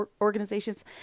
organizations